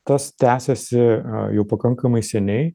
tas tęsiasi jau pakankamai seniai